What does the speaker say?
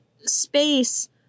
space